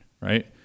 right